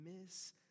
miss